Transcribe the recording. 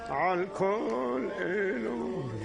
הכי בסיסית, זה מחולל פלא.